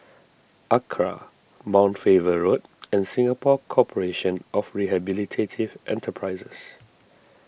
Acra Mount Faber Road and Singapore Corporation of Rehabilitative Enterprises